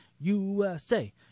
USA